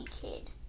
kid